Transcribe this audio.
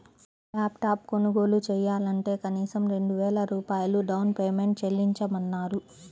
lap top కొనుగోలు చెయ్యాలంటే కనీసం రెండు వేల రూపాయలు డౌన్ పేమెంట్ చెల్లించమన్నారు